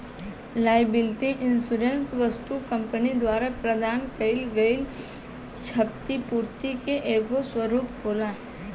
liability insurance वस्तुतः company द्वारा प्रदान कईल गईल छतिपूर्ति के एगो स्वरूप होला